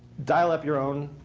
dial up your own